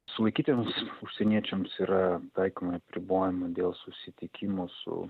sulaikytiems užsieniečiams yra taikomi apribojimai dėl susitikimo su